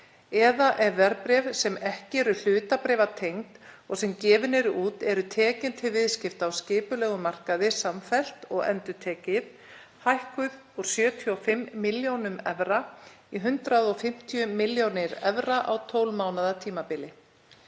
eða ef verðbréf, sem ekki eru hlutabréfatengd og sem gefin eru út, eru tekin til viðskipta á skipulegum markaði samfellt og endurtekið, hækkuð úr 75 milljónum evra í 150 milljónir evra á 12 mánaða tímabili.